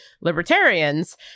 libertarians